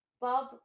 Bob